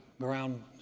ground